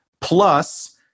Plus